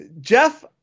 Jeff